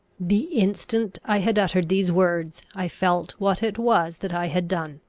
the instant i had uttered these words, i felt what it was that i had done.